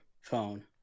phone